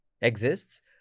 exists